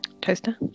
Toaster